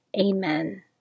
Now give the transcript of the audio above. Amen